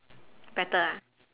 better ah